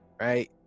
right